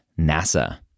NASA